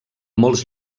molts